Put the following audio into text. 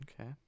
Okay